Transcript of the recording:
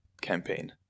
campaign